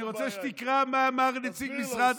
אני רוצה שתקרא מה אמר נציג משרד --- תסביר לו,